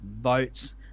votes